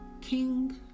king